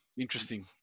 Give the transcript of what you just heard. interesting